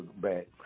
back